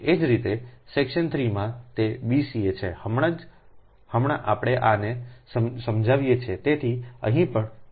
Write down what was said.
એ જ રીતે સેક્શન 3 માં તે bca છે હમણાં આપણે આને સમજાવીએ છીએ તેથી અહીં પણ bca